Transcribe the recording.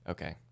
Okay